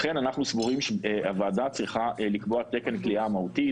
לכן אנחנו סבורים שהוועדה צריכה לקבוע תקן כליאה מהותי,